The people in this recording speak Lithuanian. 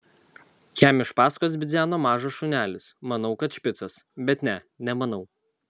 jam iš paskos bidzeno mažas šunelis manau kad špicas bet ne nemanau